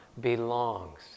belongs